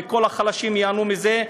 וכל החלשים ייהנו מזה,